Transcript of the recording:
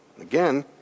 Again